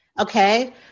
okay